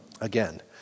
Again